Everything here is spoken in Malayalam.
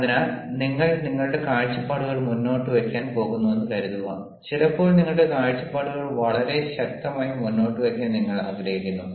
അതിനാൽ നിങ്ങൾ നിങ്ങളുടെ കാഴ്ചപ്പാടുകൾ മുന്നോട്ട് വയ്ക്കാൻ പോകുന്നുവെന്ന് കരുതുക ചിലപ്പോൾ നിങ്ങളുടെ കാഴ്ചപ്പാടുകൾ വളരെ ശക്തമായി മുന്നോട്ട് വയ്ക്കാൻ നിങ്ങൾ ആഗ്രഹിക്കുന്നു